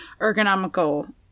ergonomical